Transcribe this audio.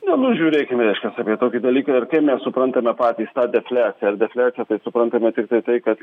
ne nu žiūrėkime reiškias apie tokį dalyką ir kaip mes suprantame patys defliaciją ar defliaciją tai suprantame tiktai tai kad